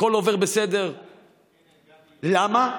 הכול עובר בסדר, למה?